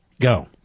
Go